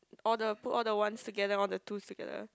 order put all the ones together all two together